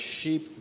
sheep